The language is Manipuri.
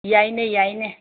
ꯌꯥꯏꯅꯦ ꯌꯥꯏꯅꯦ